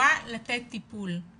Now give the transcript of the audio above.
אמורה לתת טיפול.